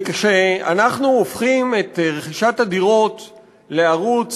וכשאנחנו הופכים את רכישת הדירות לערוץ,